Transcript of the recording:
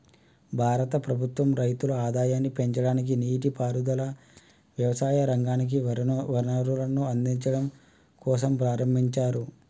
భారత ప్రభుత్వం రైతుల ఆదాయాన్ని పెంచడానికి, నీటి పారుదల, వ్యవసాయ రంగానికి వనరులను అందిచడం కోసంప్రారంబించారు